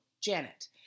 Janet